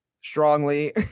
strongly